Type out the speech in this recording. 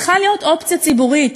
צריכה להיות אופציה ציבורית,